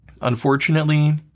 Unfortunately